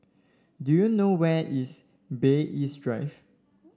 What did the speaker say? do you know where is Bay East Drive